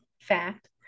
fact